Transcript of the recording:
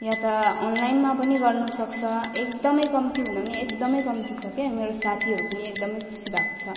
वा त अनलाइनमा पनि गर्नु सक्छ एकदम कम्ती भन्दा पनि एकदम कम्ती छ क्या मेरो साथीहरू पनि एकदम खुसी भएको छ